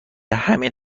همین